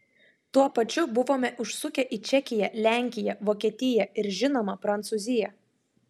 tuo pačiu buvome užsukę į čekiją lenkiją vokietiją ir žinoma prancūziją